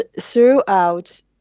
throughout